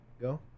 Go